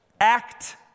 Act